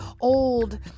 old